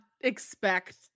expect